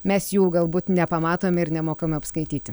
mes jų galbūt nepamatome ir nemokame apskaityti